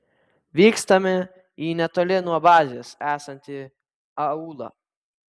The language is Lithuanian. vykstame į netoli nuo bazės esantį aūlą